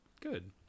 good